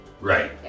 Right